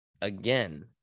again